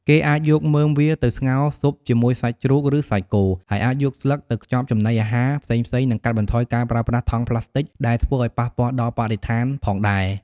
គេអាចយកមើមវាទៅស្ងោរស៊ុបជាមួយសាច់ជ្រូក ឬសាច់គោ ហើយអាចយកស្លឹកទៅខ្ចប់ចំណីអាហារផ្សេងៗ និងកាត់បន្ថយការប្រើប្រាស់ថង់ប្លាស្ទិកដែលធ្វើឲ្យប៉ះពាល់ដល់បរិស្ថានផងដែរ ។